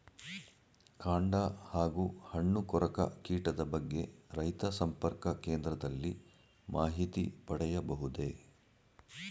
ಕಾಂಡ ಹಾಗೂ ಹಣ್ಣು ಕೊರಕ ಕೀಟದ ಬಗ್ಗೆ ರೈತ ಸಂಪರ್ಕ ಕೇಂದ್ರದಲ್ಲಿ ಮಾಹಿತಿ ಪಡೆಯಬಹುದೇ?